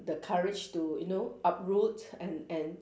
the courage to you know uproot and and